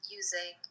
using